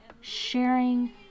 Sharing